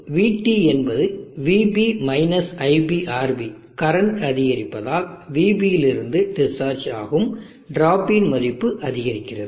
இப்போது vT என்பது vB iBRB current அதிகரிப்பதால் vB இலிருந்து டிஸ்சார்ஜ் ஆகும் ட்ராப்பின் மதிப்பு அதிகரிக்கிறது